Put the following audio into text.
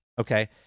Okay